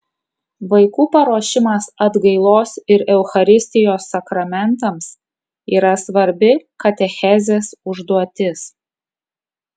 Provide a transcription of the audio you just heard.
vaikų paruošimas atgailos ir eucharistijos sakramentams yra svarbi katechezės užduotis